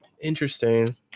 Interesting